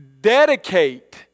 dedicate